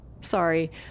sorry